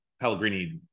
Pellegrini